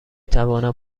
توانم